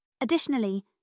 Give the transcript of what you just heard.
Additionally